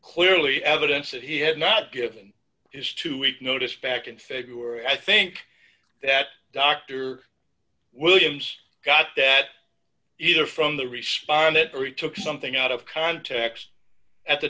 clearly evidence that he had not given his two week notice back in february i think that dr williams got that either from the respondent very took something out of context at the